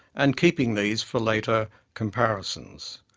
and keeping these for later comparisons.